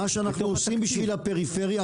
מה שאנחנו עושים בשביל הפריפריה,